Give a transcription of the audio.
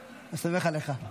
אני סומך עליך.